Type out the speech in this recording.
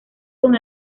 con